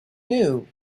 new